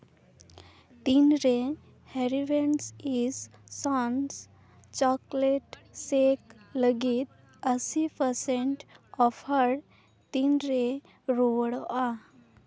ᱛᱤᱱ ᱨᱮ ᱦᱮᱨᱤ ᱨᱮᱱᱥ ᱤᱥ ᱥᱟᱱᱥ ᱪᱳᱠᱞᱮᱴ ᱥᱮᱠ ᱞᱟᱹᱜᱤᱫ ᱟᱹᱥᱤ ᱯᱟᱨᱥᱮᱱᱴ ᱚᱯᱷᱟᱨ ᱛᱤᱱᱨᱮ ᱨᱩᱣᱟᱹᱲ ᱚᱜᱼᱟ